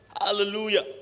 Hallelujah